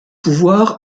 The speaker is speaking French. pouvoir